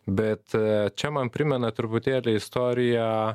bet čia man primena truputėlį istoriją